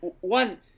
one